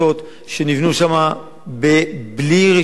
שנבנתה בלי רשיון,